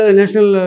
national